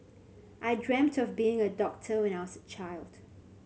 I dreamt of being a doctor when I was a child